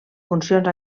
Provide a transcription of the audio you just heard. funcions